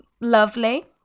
lovely